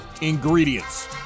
ingredients